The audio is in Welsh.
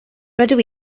rydw